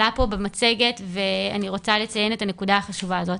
עלה פה במצגת ואני רוצה לציין פה את הנקודה הזאת,